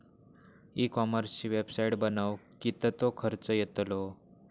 E कॉमर्सची website बनवक किततो खर्च येतलो?